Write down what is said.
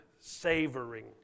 savoring